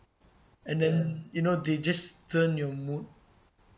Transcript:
and then you know they just turn your mood